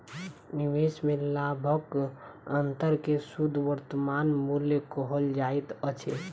निवेश में लाभक अंतर के शुद्ध वर्तमान मूल्य कहल जाइत अछि